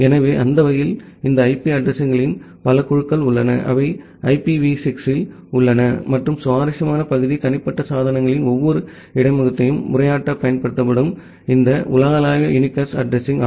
எனவே அந்த வகையில் இந்த ஐபி அட்ரஸிங்களின் பல குழுக்கள் உள்ளன அவை ஐபிவி 6 இல் உள்ளன மற்றும் சுவாரஸ்யமான பகுதி தனிப்பட்ட சாதனங்களின் ஒவ்வொரு இடைமுகத்தையும் உரையாற்ற பயன்படும் இந்த உலகளாவிய யூனிகாஸ்ட் அட்ரஸிங்